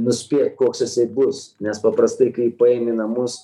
nuspėt koks jisai bus nes paprastai kai paimi į namus